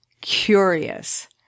curious